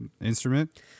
instrument